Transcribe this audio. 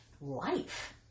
life